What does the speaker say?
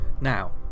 now